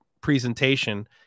presentation